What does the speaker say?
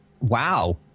Wow